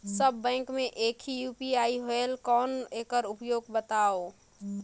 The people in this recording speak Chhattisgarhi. सब बैंक मे एक ही यू.पी.आई होएल कौन एकर उपयोग बताव?